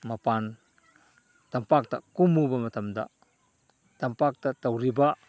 ꯃꯄꯥꯟ ꯇꯝꯄꯥꯛꯇ ꯀꯨꯝꯃꯨꯕ ꯃꯇꯝꯗ ꯇꯝꯄꯥꯛꯇ ꯇꯧꯔꯤꯕ